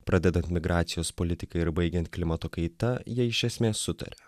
pradedant migracijos politika ir baigiant klimato kaita jie iš esmės sutaria